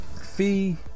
fee